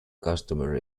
customer